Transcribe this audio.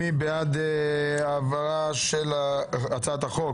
מי בעד ההעברה של הצעת החוק